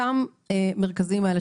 אותם המרכזים האלה,